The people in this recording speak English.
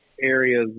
areas